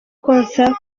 konsa